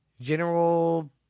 General